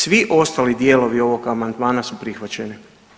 Svi ostali dijelovi ovog amandmana su prihvaćeni.